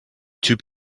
two